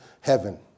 heaven